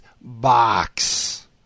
Box